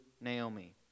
Naomi